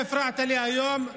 אתה הפרעת לי היום,